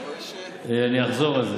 אני אחזור על זה